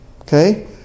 okay